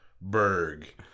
Berg